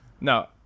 No